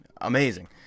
amazing